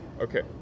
Okay